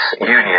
union